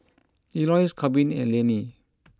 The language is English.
Elois Korbin and Lainey